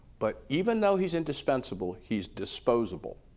but even though he's indispensable, he's disposable.